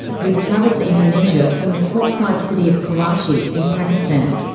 who'd travelled to indonesia from the portside city of karachi, in pakistan.